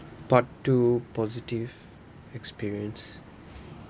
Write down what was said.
part two positive experience